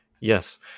Yes